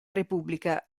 repubblica